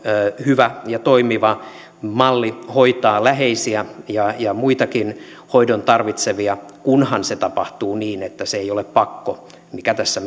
hyvä ja toimiva malli hoitaa läheisiä ja ja muitakin hoitoa tarvitsevia kunhan se tapahtuu niin että se ei ole pakko mikä tässä